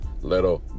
little